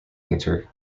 painter